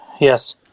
Yes